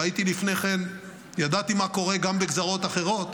ולפני כן ידעתי מה קורה גם בגזרות אחרות,